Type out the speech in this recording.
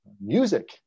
music